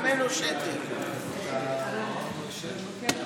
לא מאוחר לצאת לעם ולומר לכולם: אנחנו הממשלה של כולכם,